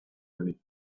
many